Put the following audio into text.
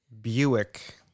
Buick